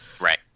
right